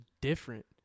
different